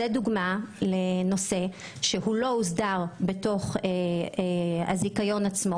זו דוגמה לנושא שלא הוסדר בתוך הזיכיון עצמו